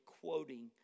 quoting